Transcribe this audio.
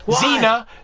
Zena